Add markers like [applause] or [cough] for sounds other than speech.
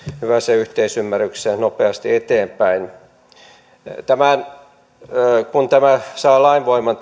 hyvässä yhteisymmärryksessä ja nopeasti eteenpäin kun tämä hallituksen esitys saa lainvoiman [unintelligible]